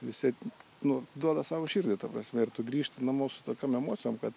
visi nu duoda savo širdį ta prasme ir tu grįžti namo su tokiom emocijom kad